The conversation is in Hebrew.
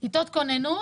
כיתות כוננות,